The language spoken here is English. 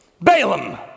Balaam